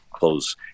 Close